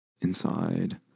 inside